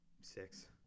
six